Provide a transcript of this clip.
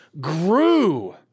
grew